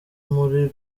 muri